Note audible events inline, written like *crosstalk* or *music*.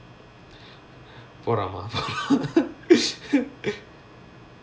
போடமாபு:podaamaapu *laughs*